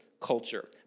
culture